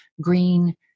green